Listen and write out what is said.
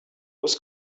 was